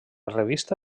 revista